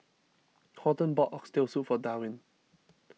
Horton bought Oxtail Soup for Darwyn